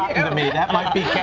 i mean that might b